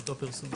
באותו פרסום.